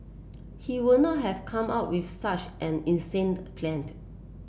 he would not have come up with such an insane plan